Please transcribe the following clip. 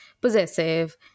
possessive